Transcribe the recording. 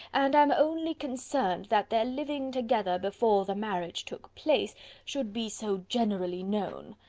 and am only concerned that their living together before the marriage took place should be so generally known.